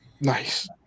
nice